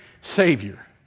Savior